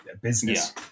business